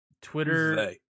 Twitter